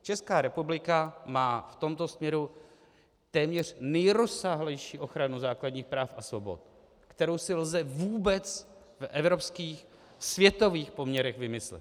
Česká republika má v tomto směru téměř nejrozsáhlejší ochranu základních práv a svobod, kterou si lze vůbec v evropských světových poměrech vymyslet.